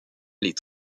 les